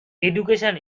education